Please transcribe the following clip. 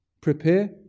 Prepare